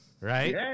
right